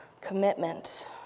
commitment